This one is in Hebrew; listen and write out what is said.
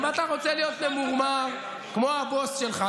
אם אתה רוצה להיות ממורמר כמו הבוס שלך,